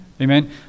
Amen